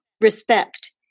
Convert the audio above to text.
respect